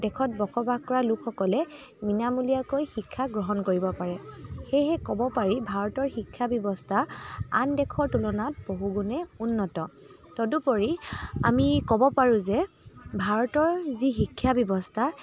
দেশত বসবাস কৰা লোকসকলে বিনামূলীয়াকৈ শিক্ষা গ্ৰহণ কৰিব পাৰে সেয়েহে ক'ব পাৰি ভাৰতৰ শিক্ষা ব্যৱস্থা আন দেশৰ তুলনাত বহু গুণেই উন্নত তদুপৰি আমি ক'ব পাৰোঁ যে ভাৰতৰ যি শিক্ষাব্যৱস্থা